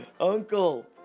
Uncle